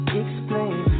explain